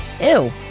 Ew